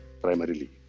primarily